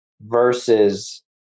versus